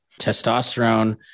testosterone